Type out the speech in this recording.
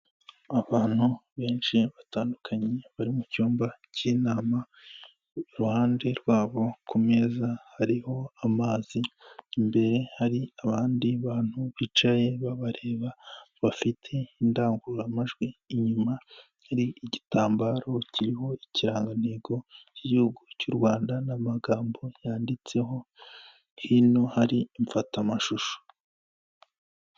Abantu benshi batandukanye bari mu cyumba cy'inama, uruhande rwabo ku meza hariho amazi; imbere hari abandi bantu bicaye babareba bafite indangururamajwi, inyuma ari igitambaro kiriho ikitego cy'igihugu cy'u Rwanda n'amagambo yanditseho, hino hari imfatamashusho.